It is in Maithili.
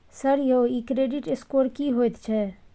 सर यौ इ क्रेडिट स्कोर की होयत छै?